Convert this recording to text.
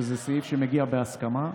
שזה סעיף שמגיע בהסכמה,